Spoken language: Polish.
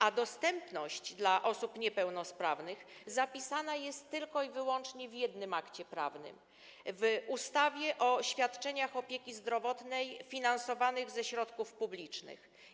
A dostępność dla osób niepełnosprawnych zapisana jest tylko i wyłącznie w jednym akcie prawnym: w ustawie o świadczeniach opieki zdrowotnej finansowanych ze środków publicznych.